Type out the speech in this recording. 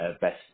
best